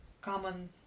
common